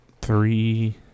three